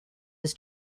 his